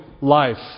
life